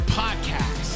podcast